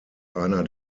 einer